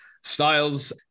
Styles